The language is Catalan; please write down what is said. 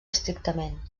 estrictament